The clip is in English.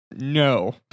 No